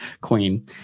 Queen